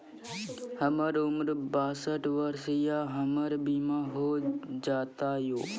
हमर उम्र बासठ वर्ष या हमर बीमा हो जाता यो?